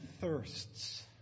thirsts